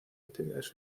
actividades